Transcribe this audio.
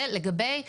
זה לגבי ה-80%,